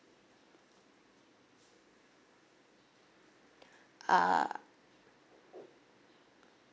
uh